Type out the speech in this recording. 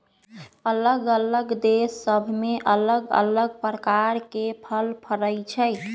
अल्लग अल्लग देश सभ में अल्लग अल्लग प्रकार के फल फरइ छइ